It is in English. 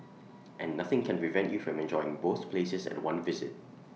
and nothing can prevent you from enjoying both places at one visit